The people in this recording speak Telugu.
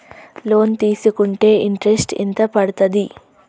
లోన్ తీస్కుంటే ఇంట్రెస్ట్ ఎంత పడ్తది?